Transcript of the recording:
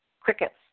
crickets